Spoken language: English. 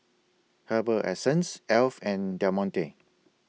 Herbal Essences Alf and Del Monte